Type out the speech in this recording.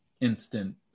instant